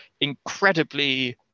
incredibly